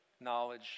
knowledge